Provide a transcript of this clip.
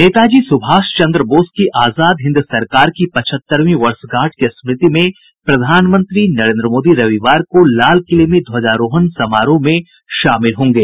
नेताजी सूभाष चन्द्र बोस की आजाद हिंद सरकार की पचहत्तरवीं वर्षगांठ की स्मृति में प्रधानमंत्री नरेन्द्र मोदी रविवार को लालकिले में ध्वजारोहण समारोह में शामिल होंगे